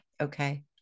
Okay